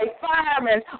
Firemen